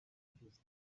manchester